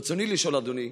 ברצוני לשאול: אדוני,